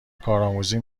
کارآموزی